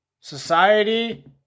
Society